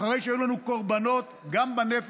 אחרי שהיו לנו קורבנות גם בנפש